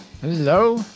Hello